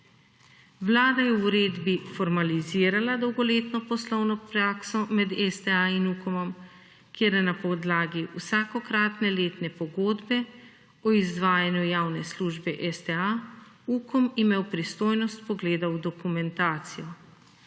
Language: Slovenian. Vlada je v uredbi formalizirala dolgoletno poslovno prakso med STA in UKOM-om, kjer je na podlagi vsakokratne letne pogodbe o izvajanju javne službe STA, UKOM imel pristojnost pogleda v dokumentacijo.